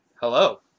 Hello